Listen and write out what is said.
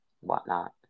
whatnot